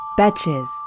Batches